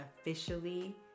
officially